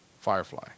Firefly